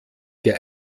der